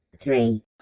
three